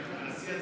לנשיא.